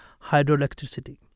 hydroelectricity